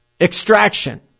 extraction